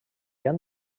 han